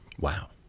Wow